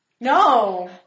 No